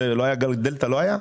גל דלתא לא היה?